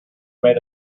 makes